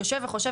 יושב וחושב,